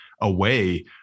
away